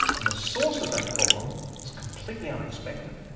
and the source of that problem is completely unexpected.